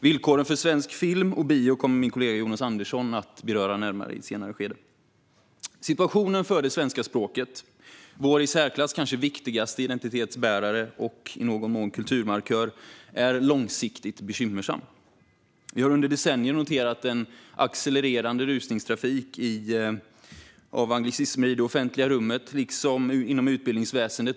Villkoren för svensk film och bio kommer min kollega Jonas Andersson att beröra närmare i ett senare skede. Situationen för det svenska språket - vår i särklass viktigaste identitetsbärare och i någon mån kulturmarkör - är långsiktigt bekymmersam. Vi har under decennier noterat en accelererande rusningstrafik av anglicismer i det offentliga rummet liksom inom utbildningsväsendet.